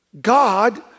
God